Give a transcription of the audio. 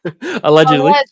Allegedly